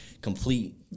complete